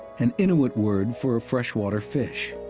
an inuit word for a freshwater fish.